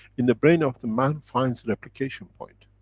in the brain of the man, finds replication point,